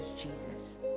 Jesus